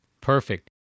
perfect